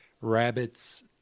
rabbits